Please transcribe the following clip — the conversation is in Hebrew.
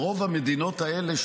ברוב המדינות האלה,